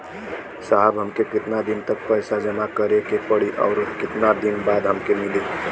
साहब हमके कितना दिन तक पैसा जमा करे के पड़ी और कितना दिन बाद हमके मिली?